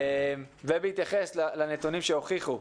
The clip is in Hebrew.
ובהתייחס לנתונים שהוכיחו,